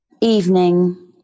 evening